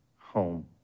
home